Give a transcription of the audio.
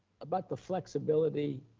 about the flexibility